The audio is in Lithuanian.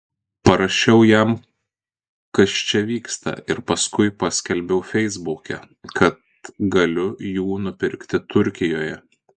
parašiau jam kas čia vyksta ir paskui paskelbiau feisbuke kad galiu jų nupirkti turkijoje